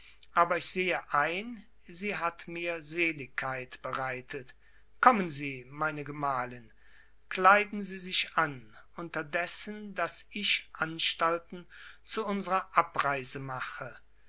aber ich sehe ein sie hat mir seligkeit bereitet kommen sie meine gemahlin kleiden sie sich an unterdessen daß ich anstalten zu unsrer abreise mache